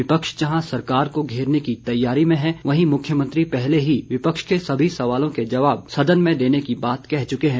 विपक्ष जहां सरकार को घेरने की तैयारी में है वहीं मुख्यमंत्री पहले ही विपक्ष के सभी सवालों के जवाब सदन में देने की बात कह चुके हैं